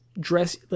dress